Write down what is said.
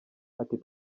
ati